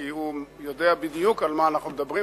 כי הוא יודע בדיוק על מה אנחנו מדברים,